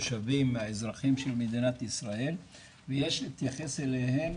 מהתושבים האזרחים של מדינת ישראל ויש להתייחס אליהם